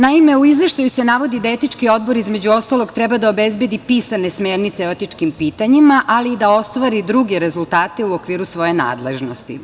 Naime, u izveštaju se navodi da Etički odbor između ostalog treba da obezbedi pisane smernice o etičkim pitanjima, ali i da ostvari druge rezultate u okviru svoje nadležnosti.